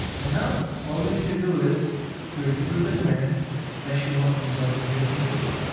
and now all we need to do is to execute the command as shown on the documentation page.